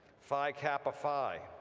phi kappa phi,